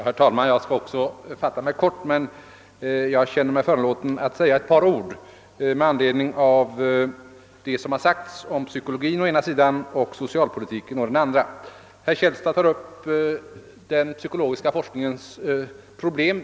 Herr talman! Också jag skall fatta mig kort, men jag känner mig föranlåten att säga ett par ord med anledning av det som har sagts dels om psykologi, dels om socialpolitik. Herr Källstad tar upp den psykologiska forskningens problem.